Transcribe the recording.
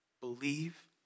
Believe